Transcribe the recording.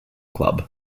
club